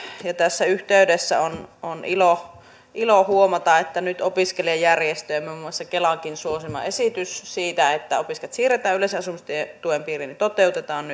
tässä yhteydessä on on ilo ilo huomata että nyt opiskelijajärjestöjen ja muun muassa kelankin suosima esitys siitä että opiskelijat siirretään yleisen asumistuen piiriin toteutetaan